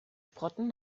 sprotten